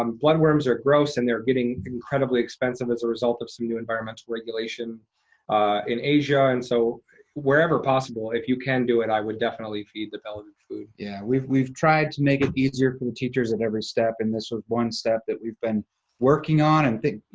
um blood worms are gross, and they're getting incredibly expensive as a result of some new environmental regulation in asia, and so wherever possible, if you can do it, i would definitely feed the pellet food. yeah, we've we've tried to make it easier for the teachers at every step, and this was one step that we've been working on and,